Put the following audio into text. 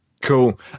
Cool